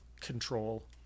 control